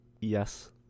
Yes